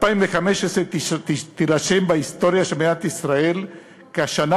2015 תירשם בהיסטוריה של מדינת ישראל כשנה